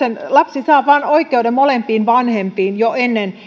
lapsi saa oikeuden molempiin vanhempiin jo